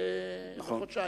לחודשיים.